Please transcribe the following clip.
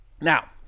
Now